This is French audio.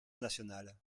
nationale